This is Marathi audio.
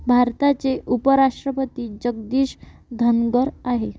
भारताचे उपराष्ट्रपती जगदीश धनघर आहे